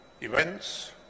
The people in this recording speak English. events